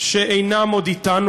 שאינם אתנו עוד.